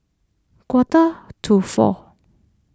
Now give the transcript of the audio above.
quarter to four